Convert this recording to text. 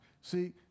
See